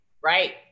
right